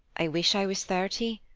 i wish i was thirty,